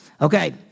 Okay